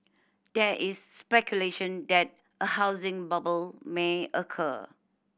there is speculation that a housing bubble may occur